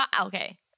Okay